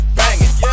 banging